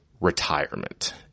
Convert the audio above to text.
retirement